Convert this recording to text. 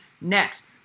next